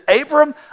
Abram